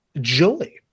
joy